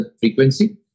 frequency